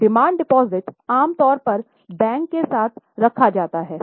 अब demand deposit आम तौर पर बैंक के साथ रखा जाता है